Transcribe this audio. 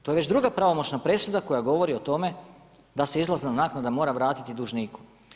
To je već druga pravomoćna presuda koja govori o tome da se izlazna naknada mora vratiti dužniku.